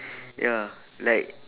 ya like